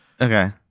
Okay